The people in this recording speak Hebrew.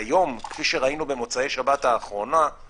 כיום, כפי שראינו במוצאי שבת האחרון,